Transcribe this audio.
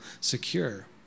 secure